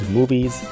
movies